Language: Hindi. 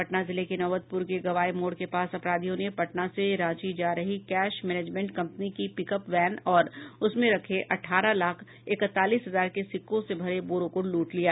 पटना जिले के नौबतपुर के गवाय मोड़ के पास अपराधियों ने पटना से रांची जा रही कैश मैनेजमेंट कंपनी की पिकअप वैन और उसमें रखे अठारह लाख इकतालीस हजार के सिक्कों से भरे बोरे को लूट लिया